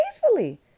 peacefully